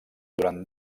durant